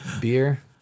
beer